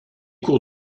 cours